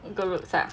good looks ah